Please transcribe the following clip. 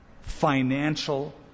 financial